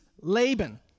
Laban